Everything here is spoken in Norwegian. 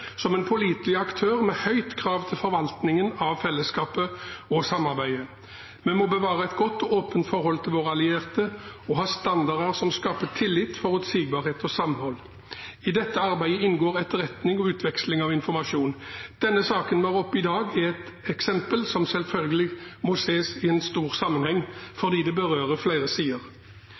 bevare et godt og åpent forhold til våre allierte og ha standarder som skaper tillit, forutsigbarhet og samhold. I dette arbeidet inngår etterretning og utveksling av informasjon. Denne saken var oppe i dag i et eksempel som selvfølgelig må ses i en stor sammenheng fordi det berører flere sider.